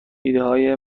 ایدههای